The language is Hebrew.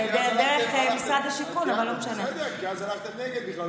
זה משנה, כי אז הלכתם נגד בכלל.